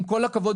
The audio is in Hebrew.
עם כל הכבוד,